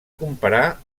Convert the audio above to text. comparar